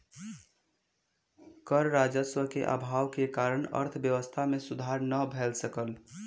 कर राजस्व के अभाव के कारण अर्थव्यवस्था मे सुधार नै भ सकल